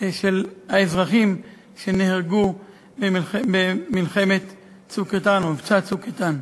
האזרחים שנהרגו במבצע "צוק איתן".